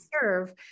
serve